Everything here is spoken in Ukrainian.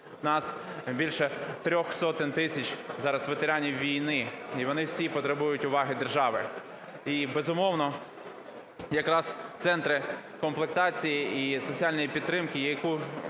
У нас більше трьох сотень тисяч зараз ветеранів війни і вони всі потребують уваги держави. І, безмовно, якраз центри комплектації і соціальної підтримки, які будуть